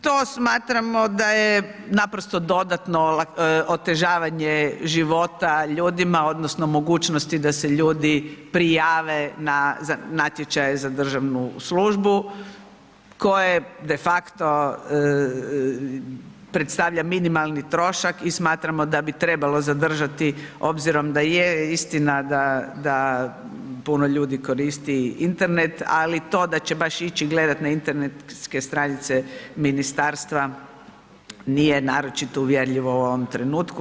To smatramo da je naprosto dodatno otežavanje života ljudima odnosno mogućnosti da se ljudi prijave na natječaje za državnu službu koje de facto predstavlja minimalni trošak i smatramo da bi trebalo zadržati obzirom da je istina da puno ljudi koristi internet, ali to da će baš ići gledati na internetske stranice ministarstva nije naročito uvjerljivo u ovom trenutku.